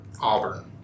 Auburn